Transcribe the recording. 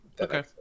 Okay